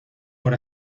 por